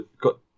got